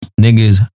Niggas